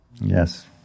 Yes